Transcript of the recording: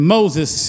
Moses